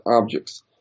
objects